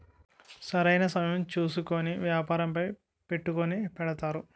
సరైన సమయం చూసుకొని వ్యాపారంపై పెట్టుకుని పెడతారు